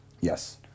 Yes